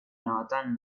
nathan